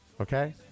okay